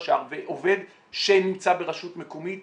עובד שנמצא ברשות מקומית,